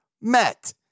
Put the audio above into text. met